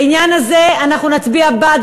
בעניין הזה אנחנו נצביע בעד